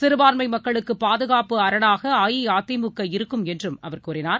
சிறுபான்மைமக்களுக்குபாதுகாப்பு அரணாகஅஇஅதிமுக இருக்கும் என்றும் அவர் கூறினார்